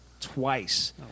twice